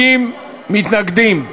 50 מתנגדים,